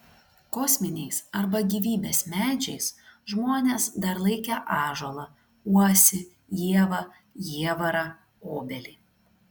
kosminiais arba gyvybės medžiais žmonės dar laikę ąžuolą uosį ievą jievarą obelį